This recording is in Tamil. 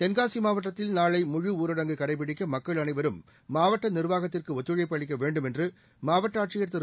தென்காசி மாவட்டத்தில் நாளை முழு ஊரடங்கு கடைபிடிக்க மக்கள் அனைவரும் மாவட்ட நிர்வாகத்திற்கு ஒத்துழைப்பு அளிக்க வேண்டும் என்று மாவட்ட ஆட்சியர் திரு